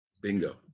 Bingo